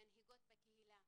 למנהיגות בקהילה,